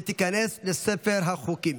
ותיכנס לספר החוקים.